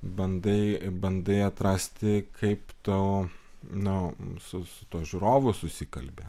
bandai bandai atrasti kaip tu nu su su tuo žiūrovu susikalbi